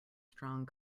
strong